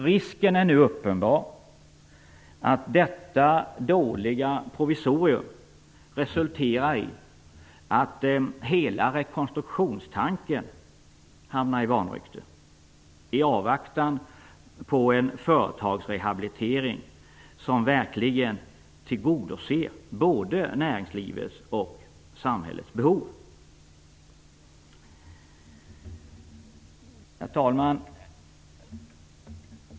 Risken är nu uppenbar att detta dåliga provisorium resulterar i att hela rekonstruktionstanken hamnar i vanrykte i avvaktan på en företagsrehabilitering som verkligen tillgodoser både näringslivets och samhällets behov. Herr talman!